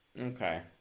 okay